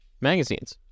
magazines